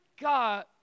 God